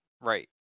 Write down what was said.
Right